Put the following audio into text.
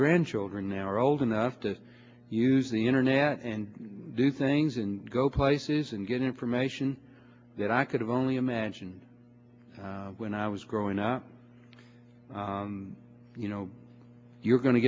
grandchildren now are old enough to use the internet and do things and go places and get information that i could have only imagined when i was growing up you know you're go